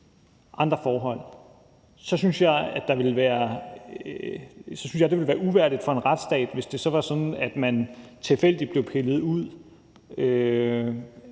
andre forhold – så synes jeg, det ville være uværdigt for en retsstat, hvis det så var sådan, at man tilfældigt blev pillet ud